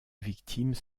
victimes